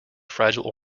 fragile